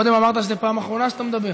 קודם אמרת שזו פעם אחרונה שאתה מדבר.